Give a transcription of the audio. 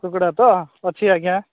କୁକୁଡ଼ା ତ ଅଛି ଆଜ୍ଞା